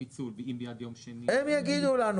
הם יגידו לנו,